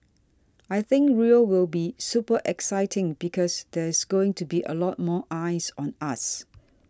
I think Rio will be super exciting because there's going to be a lot more eyes on us